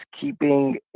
keeping